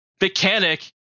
mechanic